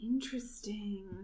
Interesting